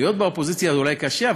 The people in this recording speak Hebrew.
להיות באופוזיציה זה אולי קשה,